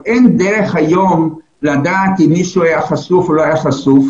אין דרך היום לדעת אם מישהו היה חשוף או לא היה חשוף,